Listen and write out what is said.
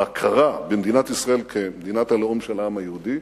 בהכרה במדינת ישראל כמדינת הלאום של העם היהודי,